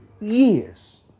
years